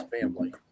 family